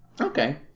Okay